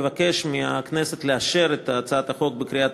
מבקש מהכנסת לאשר את הצעת החוק בקריאה